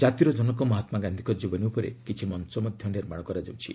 ଜାତିର ଜନକ ମହାତ୍ମା ଗାନ୍ଧିଙ୍କ ଜୀବନୀ ଉପରେ କିଛି ମଞ୍ଚ ନିର୍ମାଣ କରାଯାଉଛି